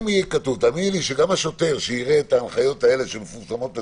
האמיני לי שגם השוטר שיראה את ההנחיות האלה שמפורסמות בציבור,